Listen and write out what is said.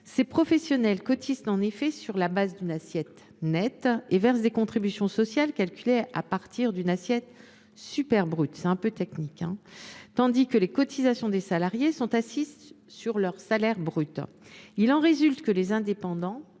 Ces professionnels cotisent en effet sur la base d’une assiette « nette » et versent des contributions sociales calculées à partir d’une assiette « superbrute », tandis que les cotisations des salariés sont assises sur leur salaire brut. Il en résulte que les indépendants